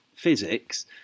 physics